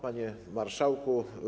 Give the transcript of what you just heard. Panie Marszałku!